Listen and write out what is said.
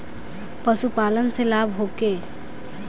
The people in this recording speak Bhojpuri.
पशु पालन से लाभ होखे?